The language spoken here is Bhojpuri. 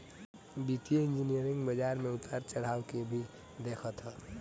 वित्तीय इंजनियरिंग बाजार में उतार चढ़ाव के भी देखत हअ